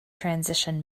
transition